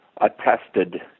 attested